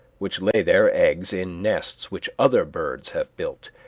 which lay their eggs in nests which other birds have built,